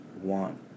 want